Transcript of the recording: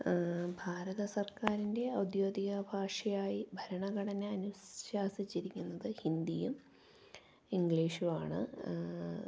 ഭാരത സർക്കാരിൻ്റെ ഔദ്യോദിക ഭാഷയായി ഭരണഘടന അനുശാസിച്ചിരിക്കുന്നത് ഹിന്ദിയും ഇംഗ്ലീഷുമാണ്